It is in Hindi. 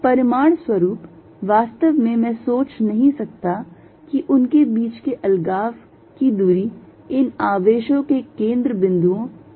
परिणामस्वरूप वास्तव में मैं सोच नहीं सकता कि उनके बीच के अलगाव की दूरी इन आवेशों के केंद्र बिंदुओं के बीच की दूरी है